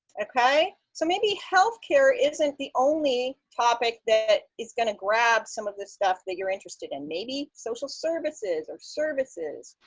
ok. so maybe health care isn't the only topic that is going to grab some of this stuff that you're interested in. maybe social services or services,